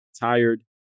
tired